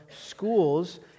schools